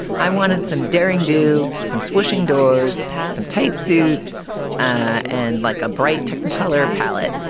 i wanted some daring do some swishing doors, some tight suits and like a bright technicolor palette.